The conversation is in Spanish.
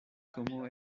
como